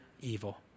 evil